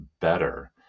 better